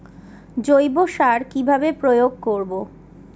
জৈব সার কি ভাবে প্রয়োগ করব?